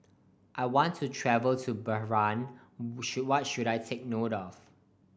I want to travel to Bahrain what should I take note of